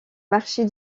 marchés